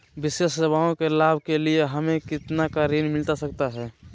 विशेष सेवाओं के लाभ के लिए हमें कितना का ऋण मिलता सकता है?